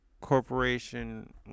corporation